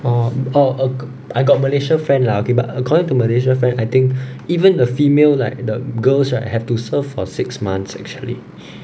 orh oh oka~ I got malaysia friend lah okay but according to malaysia friend I think even the female like the girls right have to serve for six months actually